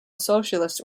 socialist